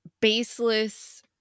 baseless